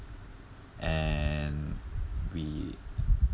and we